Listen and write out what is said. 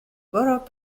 what